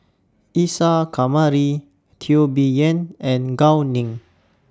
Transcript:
Isa Kamari Teo Bee Yen and Gao Ning